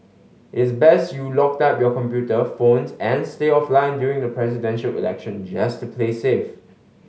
it's best you locked up your computer phones and stay offline during the Presidential Election just to play safe